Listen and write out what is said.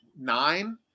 Nine